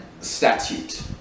Statute